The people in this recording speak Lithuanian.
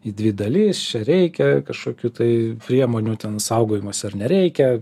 į dvi dalis čia reikia kažkokių tai priemonių ten saugojimosi ar nereikia